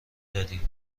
دادی